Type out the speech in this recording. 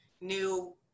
new